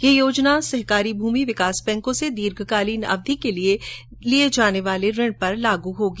ये योजना सहकारी भूमि विकास बैंको से दीर्घकालीन अवधि के लिए लिये जाने वाले ऋण पर लागू होगी